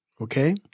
okay